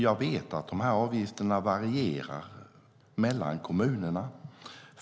Jag vet att avgifterna varierar mellan kommunerna.